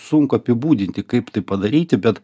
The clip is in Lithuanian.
sunku apibūdinti kaip tai padaryti bet